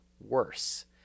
worse